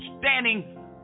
standing